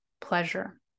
pleasure